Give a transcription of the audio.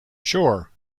sure